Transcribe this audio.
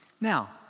Now